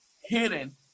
hidden